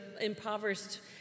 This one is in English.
impoverished